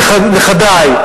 נכדי,